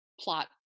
plot